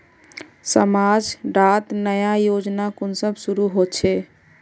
समाज डात नया योजना कुंसम शुरू होछै?